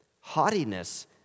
haughtiness